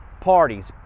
parties